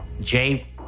Jay